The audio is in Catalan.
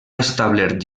establert